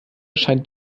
scheint